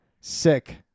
sick